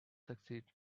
succeed